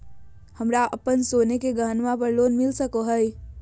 हमरा अप्पन सोने के गहनबा पर लोन मिल सको हइ?